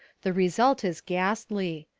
the result is ghastly.